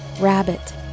rabbit